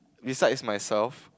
besides myself